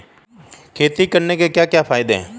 खेती करने से क्या क्या फायदे हैं?